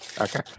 Okay